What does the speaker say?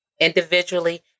individually